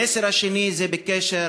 המסר השני הוא בקשר